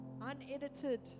unedited